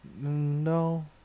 No